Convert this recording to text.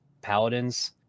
Paladins